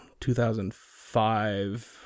2005